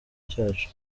cyacu